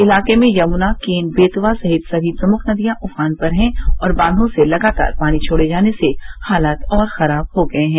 इलाके में यमुना केन बेतवा सहित सभी प्रमुख नदियां उफान पर है और बांधों से लगातार पानी छोड़े जाने से हालात और खराब हो गए है